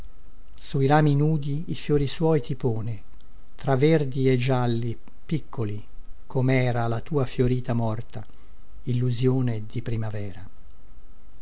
sui rami nudi i fiori suoi ti pone tra verdi e gialli piccoli comera la tua fiorita morta illusïone di primavera